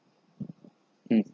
mm okay